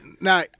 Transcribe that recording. now